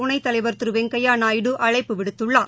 துணைத்தலைவர் திரு வெங்கையாநாயுடு அழைப்பு விடுத்துள்ளார்